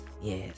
yes